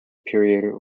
period